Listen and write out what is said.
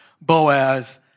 Boaz